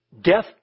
Death